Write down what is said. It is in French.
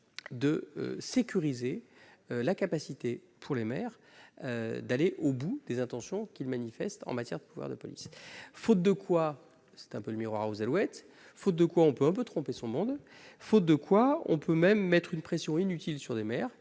de sécuriser la capacité pour les maires d'aller au bout des intentions qu'il manifeste en matière de pouvoir de police, faute de quoi, c'est un peu le miroir aux Alouettes, faute de quoi, on peut un peu tromper son monde, faute de quoi, on peut même mettre une pression inutile sur des maires